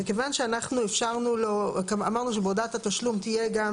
כיוון שאנחנו אמרנו שבהודעת התשלום תהיה גם